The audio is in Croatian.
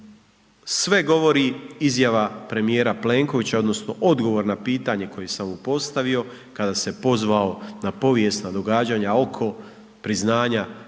Sve govori izjava premijera Plenkovića, odnosno odgovor na pitanje koje sam mu postavio, kada se pozvao na povijesna događanja oko priznanja